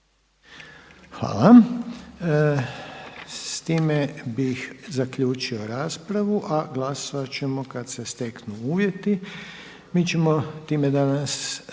Hvala. S time bih zaključio raspravu, a glasovat ćemo kad se steknu uvjeti. Mi ćemo time danas